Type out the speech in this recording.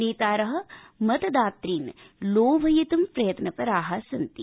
नेतार मतदातन् लोभयित्ं प्रयत्नपरा सन्ति